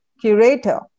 curator